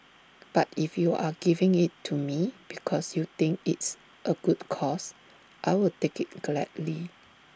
but if you are giving IT to me because you think it's A good cause I'll take IT gladly